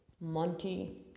Monty